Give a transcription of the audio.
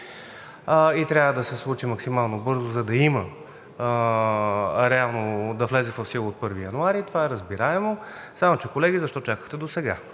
и трябва да се случи максимално бързо, за да влезе реално в сила от 1 януари – това е разбираемо, само че, колеги, защо чакахте досега?